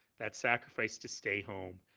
that sacrifice to stay home,